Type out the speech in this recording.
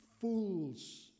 fools